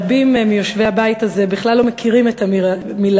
רבים מיושבי הבית הזה בכלל לא מכירים את המילה